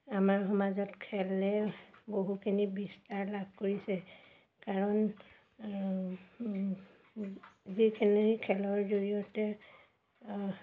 আমাৰ সমাজত খেলে বহুখিনি বিস্তাৰ লাভ কৰিছে কাৰণ যিখিনি খেলৰ জৰিয়তে